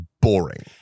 boring